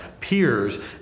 peers